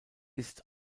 ist